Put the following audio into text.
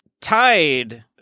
Tied